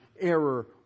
error